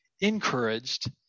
encouraged